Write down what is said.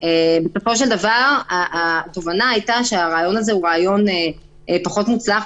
אבל בסופו של דבר התובנה הייתה שהרעיון הזה הוא רעיון פחות מוצלח,